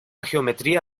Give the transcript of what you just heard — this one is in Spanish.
geometría